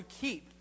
keep